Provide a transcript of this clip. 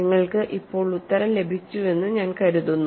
നിങ്ങൾക്ക് ഇപ്പോൾ ഉത്തരം ലഭിച്ചുവെന്ന് ഞാൻ കരുതുന്നു